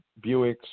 Buicks